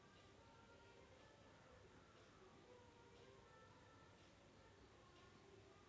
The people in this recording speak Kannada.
ಯು.ಪಿ.ಐ ಮೂಲಕ ಬ್ಯಾಲೆನ್ಸ್ ನೋಡಲು ಅವಕಾಶ ಉಂಟಾ ಮತ್ತು ಅದು ಹೇಗೆ?